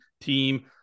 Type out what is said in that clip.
team